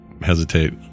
hesitate